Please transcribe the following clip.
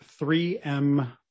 3M